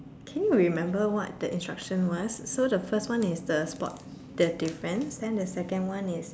can you remember what the instruction was so the first one is the spot the difference then the second one is